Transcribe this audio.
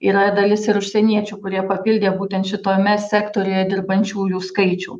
yra dalis ir užsieniečių kurie papildė būtent šitame sektoriuje dirbančiųjų skaičių